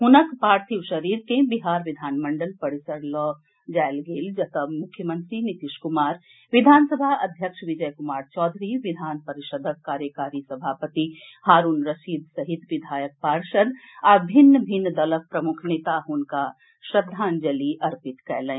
हुनक पार्थिव शरीर के बिहार विधानमंडल परिसर लऽ जाएल गेल जतए मुख्यमंत्री नीतीश कुमार विधानसभा अध्यक्ष विजय कुमार चौधरी विधान परिषदक कार्यकारी सभापति हारूण रशीद सहित विधायक पार्षद आ भिन्न भिन्न दलक प्रमुख नेता हुनका श्रद्धांजलि अर्पित कएलनि